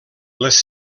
les